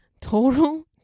total